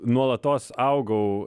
nuolatos augau